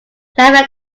never